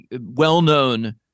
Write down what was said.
well-known